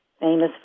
famous